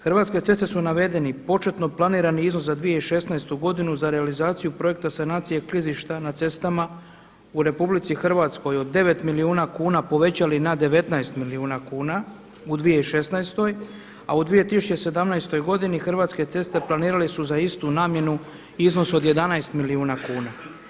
Hrvatske ceste su navedeni početno planirani iznos za 2016. godinu za realizaciju projekata sanacije klizišta na cestama u RH od 9 milijuna kuna povećali na 19 milijuna kuna u 2016. a u 2017. godini Hrvatske ceste planirale su za istu namjernu u iznosu od 11 milijuna kuna.